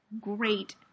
great